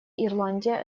ирландия